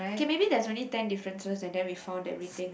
K maybe there's only ten differences and then we found everything